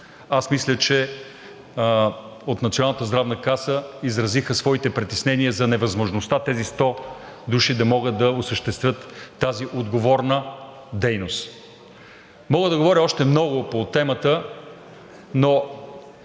аз мисля, че от Националната здравна каса изразиха своите притеснения за невъзможността тези 100 души да мога да осъществят тази отговорна дейност. Мога да говоря още много по темата, но